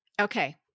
Okay